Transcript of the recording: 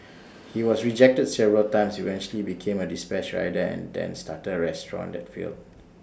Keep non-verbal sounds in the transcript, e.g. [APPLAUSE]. [NOISE] he was rejected several times eventually became A dispatch rider and then started A restaurant that failed